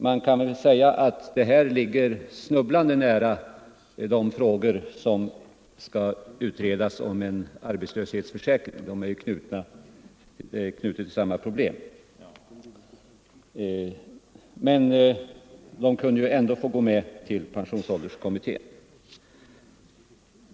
Man kan väl säga att detta spörsmål ligger snubblande nära de frågor om en arbetslöshetsförsäkring som skall utredas — de har ju anknytning till samma problem —- men motionerna borde ändå ha fått gå med till pensionsålderskommittén.